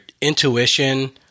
intuition